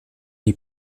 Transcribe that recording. die